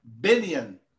billion